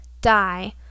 die